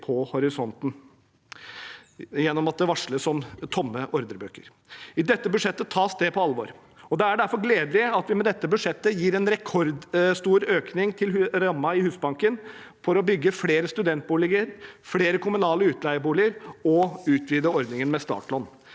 på horisonten gjennom at det varsles om tomme ordrebøker. I dette budsjettet tas det på alvor, og det er derfor gledelig at vi med dette budsjettet gir en rekordstor økning til rammen i Husbanken for å bygge flere studentboliger, flere kommunale utleieboliger og for å utvide ordningen med startlån.